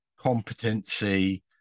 competency